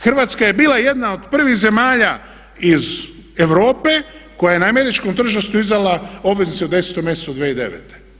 Hrvatska je bila jedna od prvih zemalja iz Europe koja je na američkom tržištu izdala obveznice u 10. mjesecu 2009.